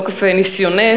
מתוקף ניסיונך,